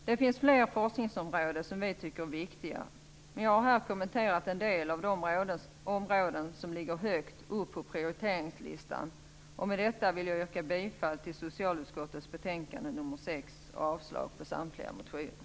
Det finns fler forskningsområden som vi tycker är viktiga, men jag har här kommenterat en del av de områden som ligger högt upp på prioriteringslistan. Med detta vill jag yrka bifall till hemställan i socialutskottets betänkande nr 6 och avslag på samtliga motioner.